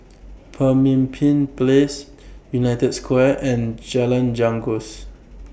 Pemimpin Place United Square and Jalan Janggus